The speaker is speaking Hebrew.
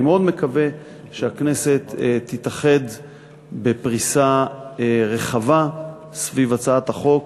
אני מאוד מקווה שהכנסת תתאחד בפריסה רחבה סביב הצעת החוק